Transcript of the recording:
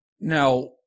now